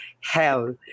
hell